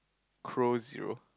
crow zero